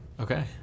Okay